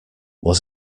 was